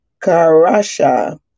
Karasha